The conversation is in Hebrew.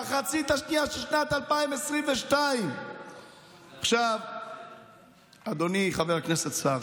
במחצית השנייה של שנת 2022. אדוני חבר הכנסת סער,